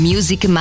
Music